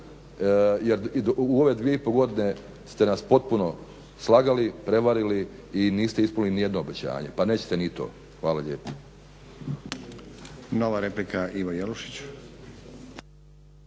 Jer u ove 2,5 godine ste nas potpuno slagali, prevarili i niste ispunili niti jedno obećanje pa nećete niti to. Hvala lijepo.